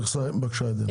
בבקשה, עדן.